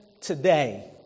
today